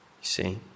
see